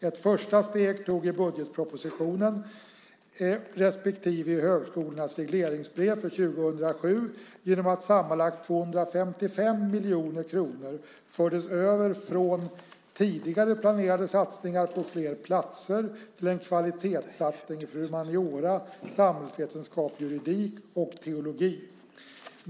Ett första steg togs i budgetpropositionen respektive i högskolornas regleringsbrev för 2007 genom att sammanlagt 255 miljoner kronor fördes över från tidigare planerade satsningar på flera platser till en kvalitetssatsning för humaniora, samhällsvetenskap, juridik och teologi.